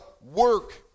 work